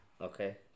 Okay